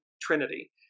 trinity